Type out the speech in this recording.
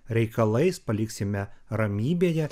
reikalais paliksime ramybėje